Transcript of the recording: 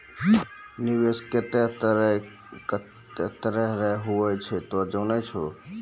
निवेश केतै तरह रो हुवै छै तोय जानै छौ